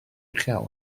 uchel